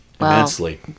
immensely